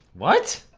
what?